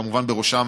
כמובן ובראשם